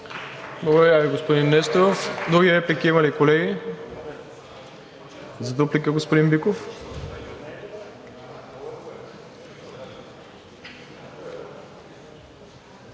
Благодаря Ви, господин Несторов. Други реплики има ли, колеги? За дуплика, господин Биков.